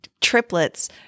triplets